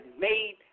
made